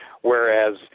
whereas